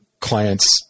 clients